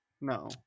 No